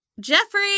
Jeffrey